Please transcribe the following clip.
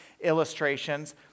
illustrations